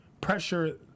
pressure